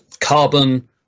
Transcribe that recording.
carbon